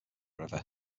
river